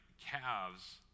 calves